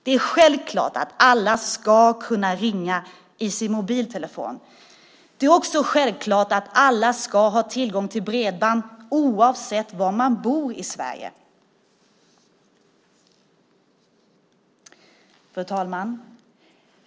Det är självklart att alla ska kunna ringa i sin mobiltelefon. Det är också självklart att alla ska ha tillgång till bredband, oavsett var i Sverige man bor. Fru talman!